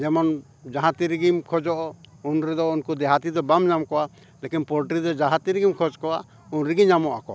ᱡᱮᱢᱚᱱ ᱡᱟᱦᱟᱸ ᱛᱤᱨᱮᱜᱮᱢ ᱠᱷᱚᱡᱚᱜ ᱩᱱ ᱨᱮᱫᱚ ᱩᱱᱠᱩ ᱫᱮᱦᱟᱛᱤ ᱫᱚ ᱵᱟᱢ ᱧᱟᱢ ᱠᱚᱣᱟ ᱞᱮᱠᱤᱱ ᱯᱚᱞᱴᱨᱤ ᱫᱚ ᱡᱟᱦᱟᱸ ᱛᱤᱨᱮᱜᱮᱢ ᱠᱷᱚᱡᱽ ᱠᱚᱣᱟ ᱩᱱ ᱨᱮᱜᱮ ᱧᱟᱢᱚᱜ ᱟᱠᱚ